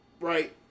right